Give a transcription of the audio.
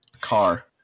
car